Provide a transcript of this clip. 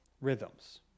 rhythms